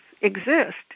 exist